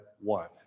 one